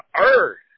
earth